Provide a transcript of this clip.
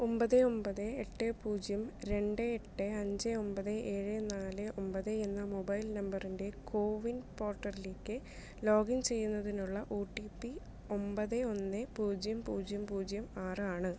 ഒമ്പത് ഒമ്പത് എട്ട് പൂജ്യം രണ്ട് എട്ട് അഞ്ച് ഒമ്പത് ഏഴ് നാല് ഒമ്പത് എന്ന മൊബൈൽ നമ്പറിൻ്റെ കോവിൻ പോർട്ടലിലേക്ക് ലോഗിൻ ചെയ്യുന്നതിനുള്ള ഒ ടി പി ഒമ്പത് ഒന്ന് പൂജ്യം പൂജ്യം പൂജ്യം ആറാണ്